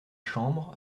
chambre